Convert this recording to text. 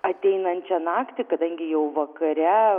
ateinančią naktį kadangi jau vakare